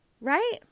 right